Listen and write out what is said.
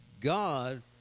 God